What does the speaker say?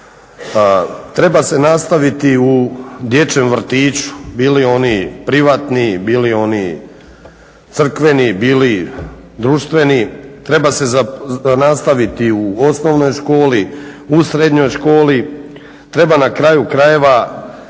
Treba se nastaviti u dječjem vrtiću, bili oni privatni, bili oni crkveni, bili društveni treba se nastaviti u osnovnoj školi, u srednjoj školi, treba na kraju krajeva